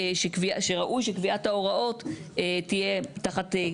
שראוי שקביעת ההוראות תהיה תחת,